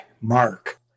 Mark